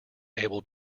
able